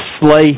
slay